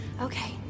okay